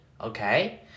okay